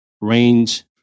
range